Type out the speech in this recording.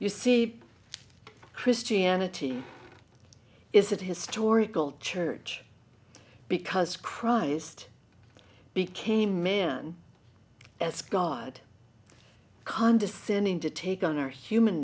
you see christianity is of historical church because christ became man as god condescending to take on our human